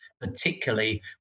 particularly